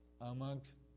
amongst